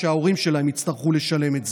שההורים שלהם יצטרכו לשלם את זה.